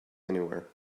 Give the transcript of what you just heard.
anywhere